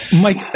Mike